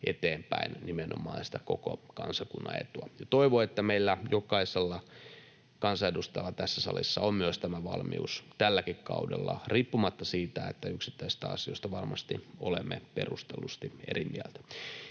eteenpäin nimenomaan sitä koko kansakunnan etua. Toivon, että meillä jokaisella kansanedustajalla tässä salissa myös on tämä valmius tälläkin kaudella riippumatta siitä, että yksittäisistä asioista varmasti olemme perustellusti eri mieltä.